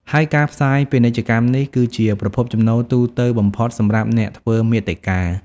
ហើយការផ្សាយពាណិជ្ជកម្មនេះ គឺជាប្រភពចំណូលទូទៅបំផុតសម្រាប់អ្នកធ្វើមាតិកា។